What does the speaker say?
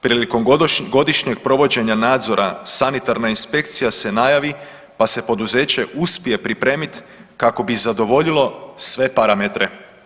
Prilikom godišnjeg provođenja nadzora sanitarna inspekcija se najavi pa se poduzeće uspije pripremiti kako bi zadovoljilo sve parametre.